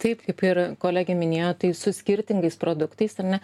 taip kaip ir kolegė minėjo tai su skirtingais produktais ar ne